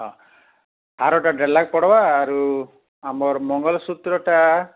ହଁ ହାରଟା ଦେଢ଼ଲାଖ ପଡ଼ବା ଆରୁ ଆମର ମଙ୍ଗଲ ସୁତ୍ରଟା